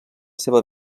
seva